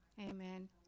Amen